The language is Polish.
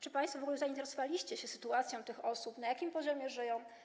Czy państwo w ogóle zainteresowaliście się sytuacją tych osób, tym, na jakim poziomie żyją?